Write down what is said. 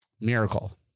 miracle